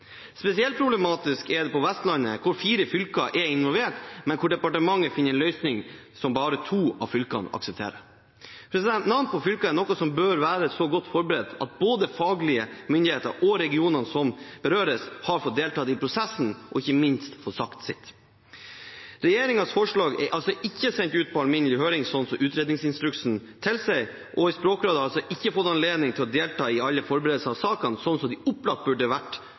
Spesielt problematisk er det på Vestlandet, hvor fire fylker er involvert, men hvor departementet har funnet en løsning som bare to av fylkene aksepterer. Navn på fylker er noe som bør være så godt forberedt at både faglige myndigheter og regionene som berøres, har fått delta i prosessen og ikke minst fått sagt sitt. Regjeringens forslag er ikke sendt på alminnelig høring, slik utredningsinstruksen tilsier, og Språkrådet har ikke fått anledning til å delta i alle forberedelser av sakene, slik de helt opplagt burde